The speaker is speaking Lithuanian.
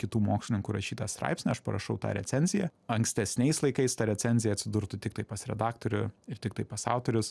kitų mokslininkų rašytą straipsnį aš parašau tą recenziją ankstesniais laikais ta recenzija atsidurtų tik tai pas redaktorių ir tiktai pas autorius